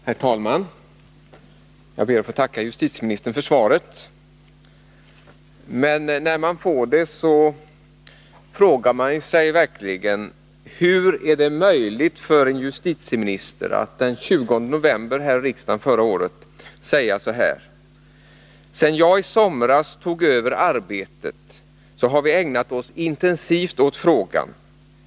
Herr talman! Jag ber att få tacka justitieministern för svaret. Men när man får ett sådant svar, så undrar man hur det är möjligt för en justitieminister att — som han gjorde den 20 november förra året här i riksdagen — säga: ”Sedan jagisomras tog över arbetet har vi ägnat oss intensivt åt frågan.